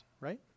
right